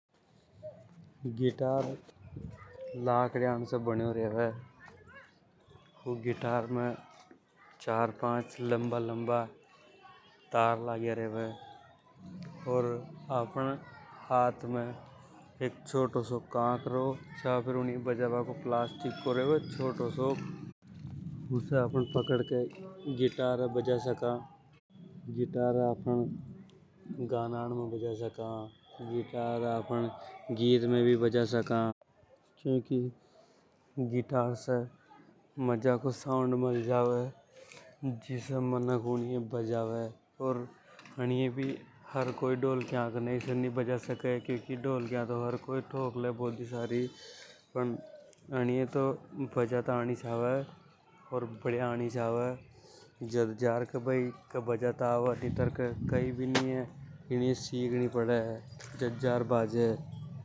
गिटार लाखड़िया से बनियों रेवे गिटार में लंबा-लंबा तार लागया रेवे। आपने यूनिये बजा रेवे। पकड़कर गिटार ये बजा सका। गिटार ये आफ़न गानाण में बजा सका गिटार ये आफ़न गीत में भी बजा सका। क्योंकि गिटार से मजाकों साउंड मल जावे जिसे मनक ऊनिये बजावे। अर अनिए भी हर कोई ढोलकिया के नई से नि बजा सके कि ढोलकिया तो हर कोई ठोक ले बोदी सारी। पण अनिए तो बजाता आणि चावे अर बढ़िया आणि चावे। ईनिये सिख नि पड़े जद जार या बाजे।